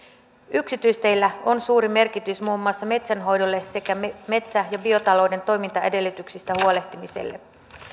yksityisteillä on suuri merkitys muun muassa metsänhoidolle sekä metsä ja biotalouden toimintaedellytyksistä huolehtimiselle